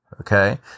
okay